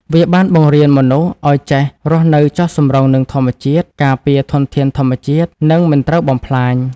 វាបានបង្រៀនមនុស្សឱ្យចេះរស់នៅចុះសម្រុងនឹងធម្មជាតិ ការពារធនធានធម្មជាតិ និងមិនត្រូវបំផ្លាញ។